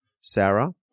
Sarah